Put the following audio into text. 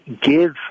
give